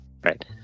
right